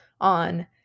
on